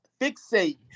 fixate